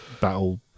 battle